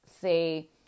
say